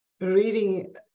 reading